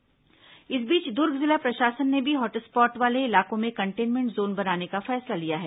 corona समाचार इस बीच दुर्ग जिला प्रशासन ने भी हॉटस्पॉट वाले इलाकों में कंटेनमेंट जोन बनाने का फैसला लिया है